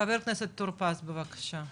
חה"כ טור פז, בבקשה.